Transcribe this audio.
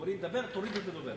גומרים לדבר, תוריד את הדובר.